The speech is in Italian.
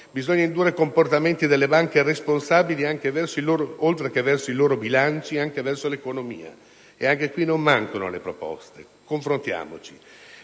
Bisogna indurre comportamenti responsabili delle banche, oltre che verso i loro bilanci, anche verso l'economia. Anche qui non mancano le proposte; confrontiamoci.